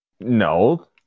No